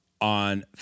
on